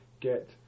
get